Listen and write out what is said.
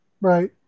Right